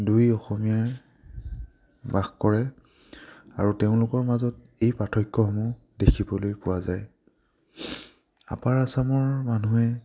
দুই অসমীয়াই বাস কৰে আৰু তেওঁলোকৰ মাজত এই পাৰ্থক্যসমূহ দেখিবলৈ পোৱা যায় আপাৰ আচামৰ মানুহে